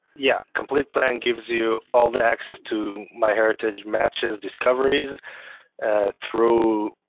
yeah, complete plan gives you all the access to myheritage matches discoveries through